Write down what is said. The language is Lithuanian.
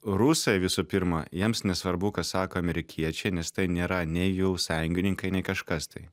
rusai visų pirma jiems nesvarbu ką sako amerikiečiai nes tai nėra nei jų sąjungininkai nei kažkas tai